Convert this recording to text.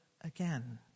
again